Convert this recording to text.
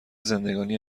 زندگانی